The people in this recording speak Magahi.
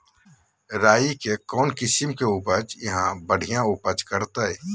राई के कौन किसिम के बिज यहा बड़िया उपज करते?